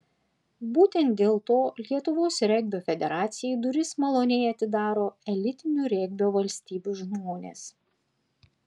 būtent dėl to lietuvos regbio federacijai duris maloniai atidaro elitinių regbio valstybių žmonės